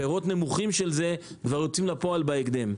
פירות נמוכים של זה כבר יוצאים לפועל בהקדם.